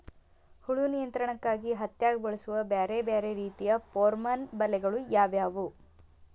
ಹುಳು ನಿಯಂತ್ರಣಕ್ಕಾಗಿ ಹತ್ತ್ಯಾಗ್ ಬಳಸುವ ಬ್ಯಾರೆ ಬ್ಯಾರೆ ರೇತಿಯ ಪೋರ್ಮನ್ ಬಲೆಗಳು ಯಾವ್ಯಾವ್?